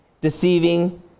deceiving